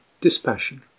dispassion